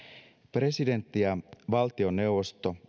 presidentti ja valtioneuvosto